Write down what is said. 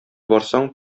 барсаң